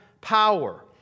power